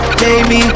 baby